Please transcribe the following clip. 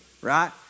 Right